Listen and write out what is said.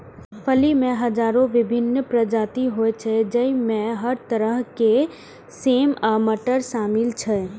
फली के हजारो विभिन्न प्रजाति होइ छै, जइमे हर तरह के सेम आ मटर शामिल छै